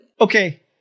Okay